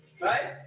Right